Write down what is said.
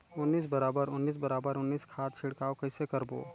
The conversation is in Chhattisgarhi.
उन्नीस बराबर उन्नीस बराबर उन्नीस खाद छिड़काव कइसे करबो?